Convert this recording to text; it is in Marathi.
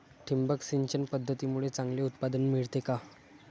ठिबक सिंचन पद्धतीमुळे चांगले उत्पादन मिळते का?